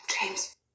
James